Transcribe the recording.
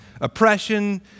oppression